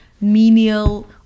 menial